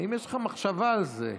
האם יש לך מחשבה על זה?